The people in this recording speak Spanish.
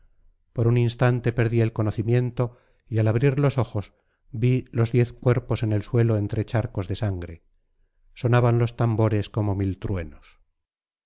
por un instante perdí el conocimiento y al abrir los ojos vi los diez cuerpos en el suelo entre charcos de sangre sonaban los tambores como mil truenos